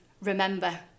remember